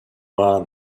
man